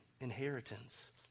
inheritance